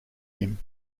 him